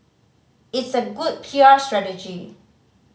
it's a good P R strategy